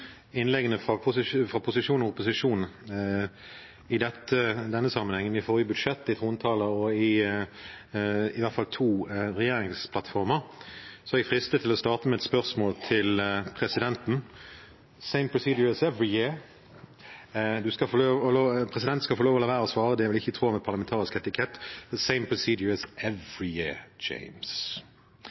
innleggene fra både posisjon og opposisjon i denne sammenheng, i forbindelse med behandlingen av forrige budsjett, i trontaler og i forbindelse med i hvert fall to regjeringsplattformer, er jeg fristet til å starte med et spørsmål til presidenten: «Same procedure as every year?» Presidenten skal få lov til å la være å svare. Det ville vel ikke være i tråd med parlamentarisk etikette. «Same procedure as